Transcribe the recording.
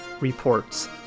reports